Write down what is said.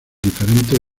diferentes